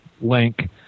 link